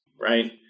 right